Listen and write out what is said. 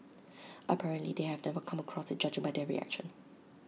apparently they have never come across IT judging by their reaction